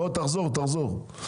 בוא, תחזור, תחזור.